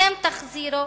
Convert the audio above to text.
אתם תחזירו,